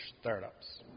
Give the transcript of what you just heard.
startups